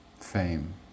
fame